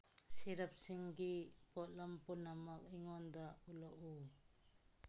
ꯁꯤꯔꯞꯁꯤꯡꯒꯤ ꯄꯣꯠꯂꯝ ꯄꯨꯝꯅꯃꯛ ꯑꯩꯉꯣꯟꯗ ꯎꯠꯂꯛꯎ